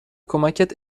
کمکت